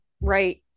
right